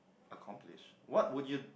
accomplish what would you